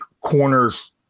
corners